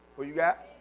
who you got?